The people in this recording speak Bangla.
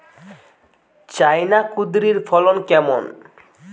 চায়না কুঁদরীর ফলন কেমন?